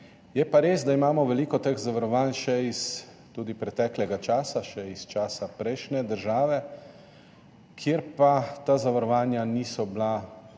Je pa res, da imamo veliko teh zavarovanj še iz preteklega časa, še iz časa prejšnje države, kjer pa ta zavarovanja niso bila